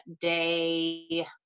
day